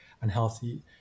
unhealthy